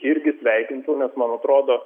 irgi sveikintinas man atrodo